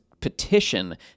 petition